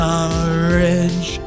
Courage